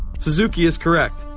suzuki is correct,